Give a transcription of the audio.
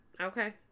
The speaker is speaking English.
Okay